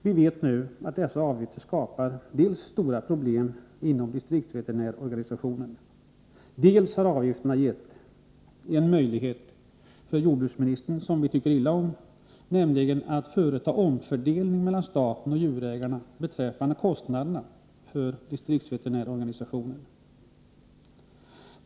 Vi vet nu dels att dessa avgifter skapar stora problem inom distriktsveterinärsorganisationen, dels att avgifterna har gett en möjlighet, som vi tycker illa om, för jordbruksministern att företa en omfördelning mellan staten och djurägarna beträffande kostnaderna för distriktsveterinärsorganisationen.